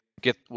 get